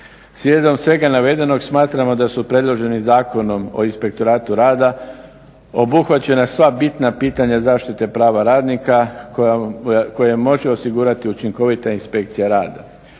Slijedom svega navedenog smatramo da su predloženim zakonom o Inspektoratu rada obuhvaćena sva bitna pitanja zaštite prava radnika koja može osigurati učinkovita inspekcija rada.